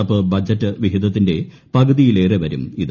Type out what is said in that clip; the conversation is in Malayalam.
നടപ്പ് ബജറ്റ് വിഹിതത്തിന്റെ പകുതിയിലേള് ് വരും ഇത്